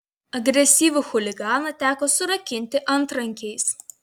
agresyvų chuliganą teko surakinti antrankiais